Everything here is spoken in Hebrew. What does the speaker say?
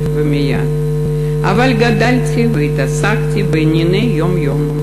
ומייד / אבל גדלתי והתעסקתי בענייני יום-יום,